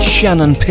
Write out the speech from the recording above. Shannon